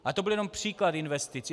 A to byl jenom příklad investic.